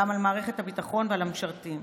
גם על מערכת הביטחון ועל המשרתים.